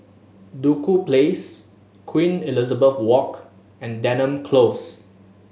Duku Place Queen Elizabeth Walk and Denham Close